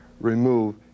remove